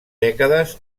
dècades